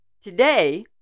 Today